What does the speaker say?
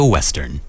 Western